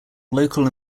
local